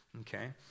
Okay